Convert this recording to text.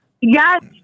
Yes